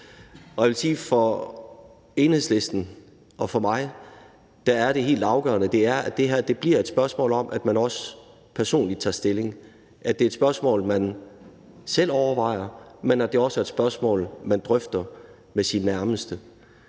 for Enhedslisten og for mig er det helt afgørende, at det her bliver et spørgsmål om, at man personligt tager stilling; at det er et spørgsmål, man selv overvejer, men at det også er et spørgsmål, man drøfter med sine nærmeste.